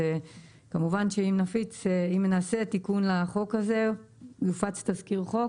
אז כמובן שאם נעשה תיקון לחוק הזה יופץ תזכיר חוק